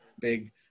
big